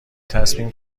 تصمیم